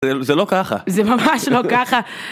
זה לא ככה. זה ממש לא ככה.